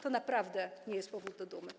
To naprawdę nie jest powód do dumy.